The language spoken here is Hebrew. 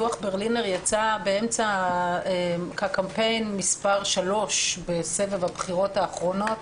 דוח ברלינר יצא באמצע הקמפיין השלישי בסבב הבחירות האחרונות.